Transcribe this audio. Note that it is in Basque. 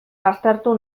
baztertu